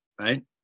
right